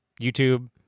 YouTube